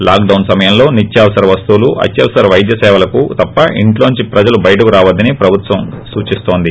lockdown సమయంలో నిత్యావసర వస్తువులు అత్యవసర పైద్య కిచిత్సలకు తప్ప ఇళ్లలోంచి ప్రజలు బయటకు రావద్దని ప్రభుత్వం సూచిస్తోంది